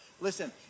Listen